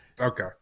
Okay